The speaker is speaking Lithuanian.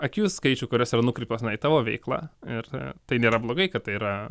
akių skaičių kurios yra nukreiptos na į tavo veiklą ir tai nėra blogai kad tai yra